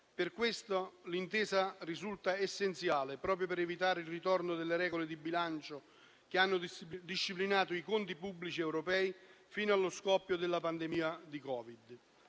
Per questo l'intesa risulta essenziale, proprio per evitare il ritorno delle regole di bilancio che hanno disciplinato i conti pubblici europei fino allo scoppio della pandemia di Covid.